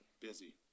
busy